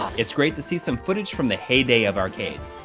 its great to see some footage from the heydey of arcades,